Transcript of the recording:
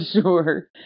sure